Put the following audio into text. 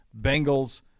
Bengals